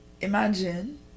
Imagine